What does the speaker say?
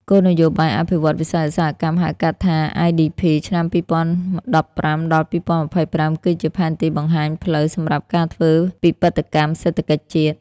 គោលនយោបាយអភិវឌ្ឍន៍វិស័យឧស្សាហកម្ម ហៅកាត់ថា IDP ឆ្នាំ ២០១៥ ដល់២០២៥ គឺជាផែនទីបង្ហាញផ្លូវសម្រាប់ការធ្វើពិពិធកម្មសេដ្ឋកិច្ចជាតិ។